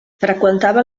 freqüentava